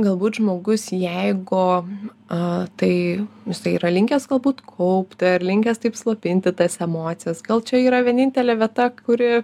galbūt žmogus jeigu a tai jisai yra linkęs galbūt kaupti ar linkęs taip slopinti tas emocijas gal čia yra vienintelė vieta kuri